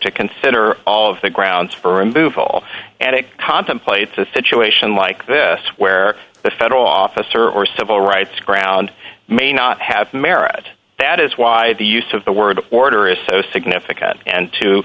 to consider all of the grounds for removal and it contemplates a situation like this where a federal officer or civil rights ground may not have merit that is why the use of the word order is so significant and